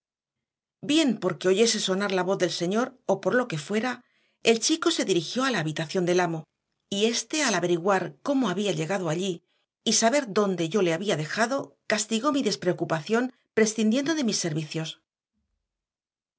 bien porque oyese sonar la voz del señor o por lo que fuera el chico se dirigió a la habitación del amo y éste al averiguar cómo había llegado allí y saber dónde yo le había dejado castigó mi despreocupación prescindiendo de mis servicios